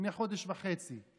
לפני חודש וחצי.